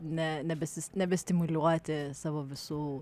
ne nebesis nebestimuliuoti savo visų